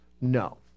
No